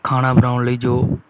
ਖਾਣਾ ਬਣਾਉਣ ਲਈ ਜੋ